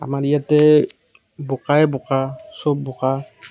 আমাৰ ইয়াতে বোকাই বোকা সব বোকা